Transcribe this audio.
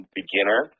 beginner